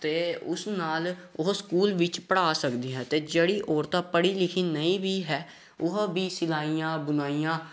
ਅਤੇ ਉਸ ਨਾਲ਼ ਉਹ ਸਕੂਲ ਵਿੱਚ ਪੜ੍ਹਾ ਸਕਦੀ ਹੈ ਅਤੇ ਜਿਹੜੀ ਔਰਤਾਂ ਪੜ੍ਹੀ ਲਿਖੀ ਨਹੀਂ ਵੀ ਹੈ ਉਹ ਵੀ ਸਿਲਾਈਆਂ ਬੁਣਾਈਆਂ